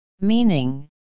Meaning